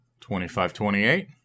2528